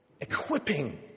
equipping